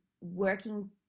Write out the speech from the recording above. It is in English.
working